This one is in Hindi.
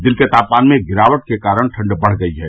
दिन के तापमान में गिरावट के कारण ठण्ड बढ़ गयी है